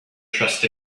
trust